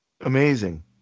Amazing